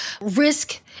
risk